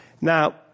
Now